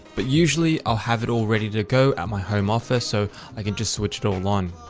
but usually i'll have it all ready to go at my home office so i can just switch it all on.